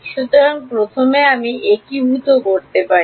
সুতরাং প্রথমে আমি একীভূত করতে পারি